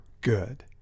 good